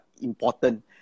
important